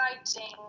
exciting